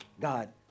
god